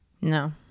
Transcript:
no